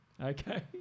Okay